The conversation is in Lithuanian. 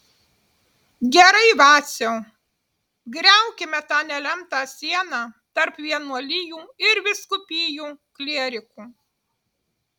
gerai vaciau griaukime tą nelemtą sieną tarp vienuolijų ir vyskupijų klierikų